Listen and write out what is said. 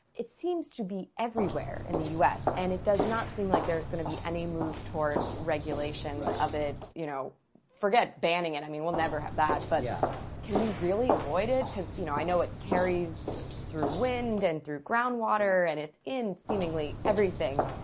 it seems to be everywhere in the us and it does not seem like there is going to be any move towards regulation of it. you know forget banning it. i mean, we'll never have that but yeah can we really avoid it because you know i know it carries through wind and through groundwater and it's in seemingly everything